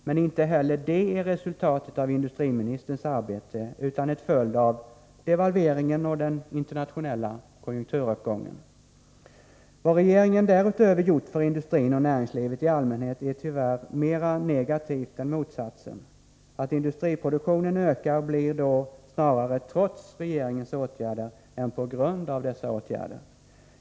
Men inte heller det är resultatet av industriministerns arbete utan en följd av devalveringen och den internationella konjunkturuppgången. Vad regeringen därutöver gjort för industrin och näringslivet i allmänhet är tyvärr mera negativt än motsatsen. Industriproduktionen ökar då snarare trots regeringens åtgärder än på grund av dessa åtgärder.